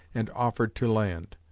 and offered to land.